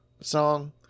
song